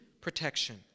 protection